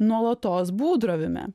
nuolatos būdravime